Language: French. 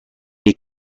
les